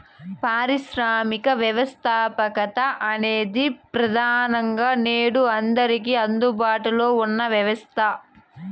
పారిశ్రామిక వ్యవస్థాపకత అనేది ప్రెదానంగా నేడు అందరికీ అందుబాటులో ఉన్న వ్యవస్థ